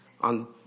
On